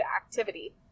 activity